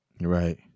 Right